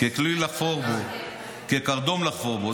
ככלי לחפור בו, כקרדום לחפור בו.